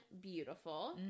beautiful